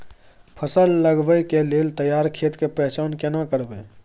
फसल लगबै के लेल तैयार खेत के पहचान केना करबै?